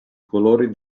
colori